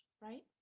Right